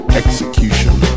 execution